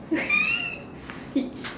it